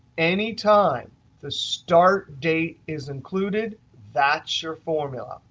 any time the start date is included, that's your formula.